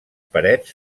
parets